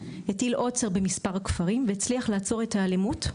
הטיל עוצר במספר כפרים והצליח לעצור את האלימות.